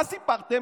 מה סיפרתם?